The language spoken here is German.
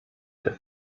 der